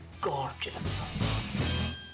gorgeous